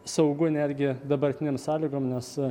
saugu netgi dabartinėm sąlygom nes